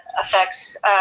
affects